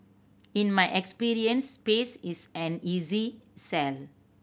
in my experience space is an easy sell